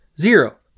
Zero